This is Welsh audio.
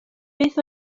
beth